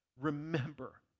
remember